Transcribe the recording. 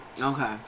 Okay